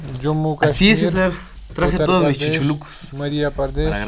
Jammu Kashmir Uttar Pradesh Madhya Pradesh